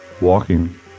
walking